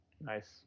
nice